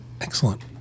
excellent